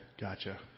Gotcha